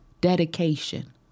dedication